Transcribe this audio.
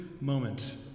moment